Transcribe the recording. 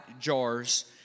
jars